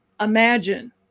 imagine